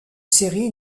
série